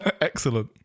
Excellent